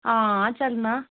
हां चलना